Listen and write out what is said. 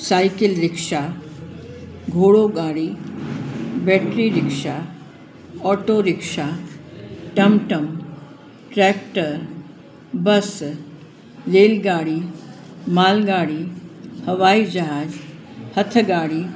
cycle rickshaw घोड़ो गाड़ी battery rickshaw auto rickshaw टमटम ट्रैक्टर बस रेल गाड़ी माल गाड़ी हवाई जहाज हथ गाड़ी